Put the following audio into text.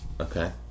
Okay